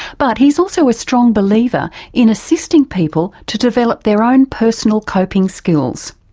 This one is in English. but he's also a strong believer in assisting people to develop their own personal coping skills.